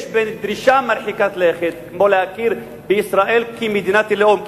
יש בין דרישה מרחיקה לכת כמו להכיר בישראל כמדינת לאום,